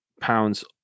pounds